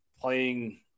playing